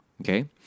okay